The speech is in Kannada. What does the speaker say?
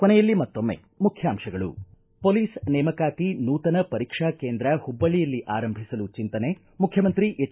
ಕೊನೆಯಲ್ಲಿ ಮತ್ತೊಮ್ಮೆ ಮುಖ್ಯಾಂಶಗಳು ಪೊಲೀಸ್ ನೇಮಕಾತಿ ನೂತನ ಪರೀಕ್ಷಾ ಕೇಂದ್ರ ಹುಬ್ಬಳ್ಳಿಯಲ್ಲಿ ಆರಂಭಿಸಲು ಚಿಂತನೆ ಮುಖ್ಯಮಂತ್ರಿ ಎಚ್